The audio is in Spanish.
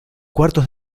cuartos